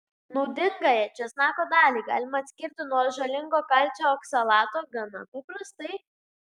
naudingąją česnako dalį galima atskirti nuo žalingo kalcio oksalato ir gana paprastai